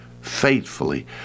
faithfully